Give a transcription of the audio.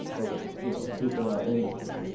of you know keeping our industry